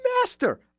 master